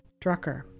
Drucker